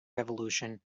revolution